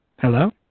Hello